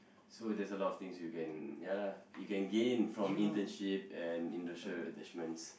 so there's a lot of things you can ya lah you can gain from internship and industrial attachments